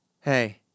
Hey